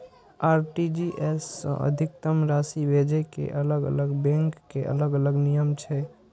RTGS सं अधिकतम राशि भेजै के अलग अलग बैंक के अलग अलग नियम छै